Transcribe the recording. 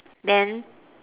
then